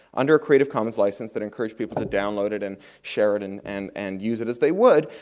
under a creative commons licence that encouraged people to download it and share it and and and use it as they would.